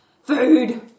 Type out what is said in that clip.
food